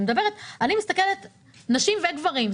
אני מסתכלת על נשים וגברים.